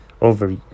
over